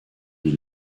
die